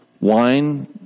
wine